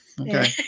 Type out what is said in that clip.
Okay